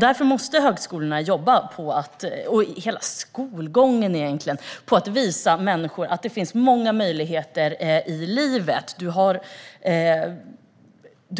Därför måste högskolorna och hela skolgången visa människor att det finns många möjligheter i livet. Det